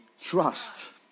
trust